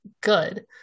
good